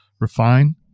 refine